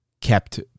kept